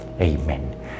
Amen